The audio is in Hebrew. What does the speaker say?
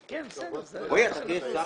מצד שני יש את הציבור